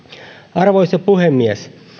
arvoisa puhemies